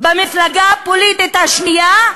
במפלגה הפוליטית השנייה,